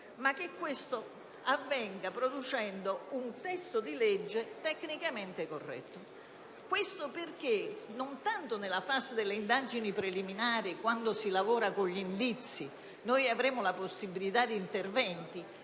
ma che questo avvenga producendo un testo di legge tecnicamente corretto. Questo non tanto perché nella fase delle indagini preliminari, quando si lavora con gli indizi, non avremo la possibilità di intervenire